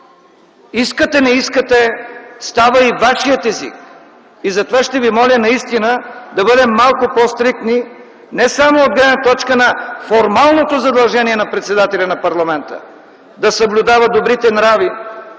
искате-не искате става и вашият език. Затова ще ви моля наистина да бъдем малко по-стриктни не само от гледна точка на формалното задължение на председателя на парламента – да съблюдава добрите нрави,